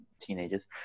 teenagers